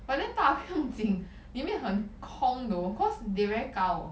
but then 大不用紧里面很空 though because they very 高